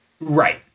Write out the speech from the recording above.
Right